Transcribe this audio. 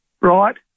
right